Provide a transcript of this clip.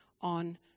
on